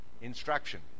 instruction